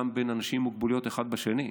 גם בין אנשים עם מוגבלויות אחד בשני.